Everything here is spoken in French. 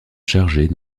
chargée